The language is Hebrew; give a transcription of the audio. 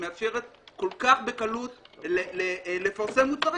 שמאפשרת כל כך בקלות לפרסם מוצרים,